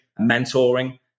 mentoring